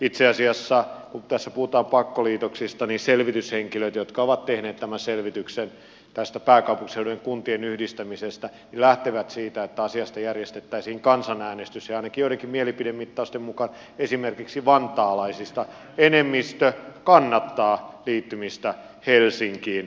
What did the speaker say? itse asiassa kun tässä puhutaan pakkoliitoksista selvityshenkilöt jotka ovat tehneet tämän selvityksen tästä pääkaupunkiseudun kuntien yhdistämisestä lähtevät siitä että asiasta järjestettäisiin kansanäänestys ja ainakin joidenkin mielipidemittausten mukaan esimerkiksi vantaalaisista enemmistö kannattaa liittymistä helsinkiin